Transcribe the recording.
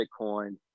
Bitcoin